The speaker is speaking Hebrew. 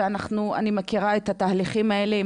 ואני מכירה את התהליכים האלה,